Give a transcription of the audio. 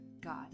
God